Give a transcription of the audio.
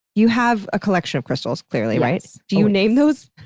you have a collection of crystals, clearly, right? do you name those?